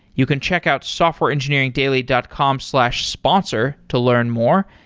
you can check out softwareengineeringdaily dot com slash sponsor to learn more,